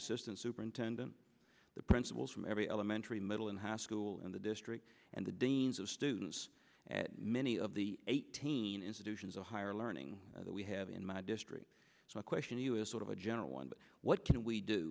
assistant super and the principals from every elementary middle and high school in the district and the deans of students and many of the eighteen institutions of higher learning that we have in my district so my question to you is sort of a general one but what can we do